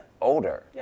older